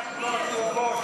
גברתי.